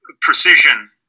precision